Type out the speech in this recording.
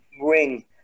ring